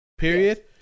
period